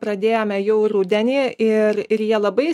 pradėjome jau rudenį ir ir jie labai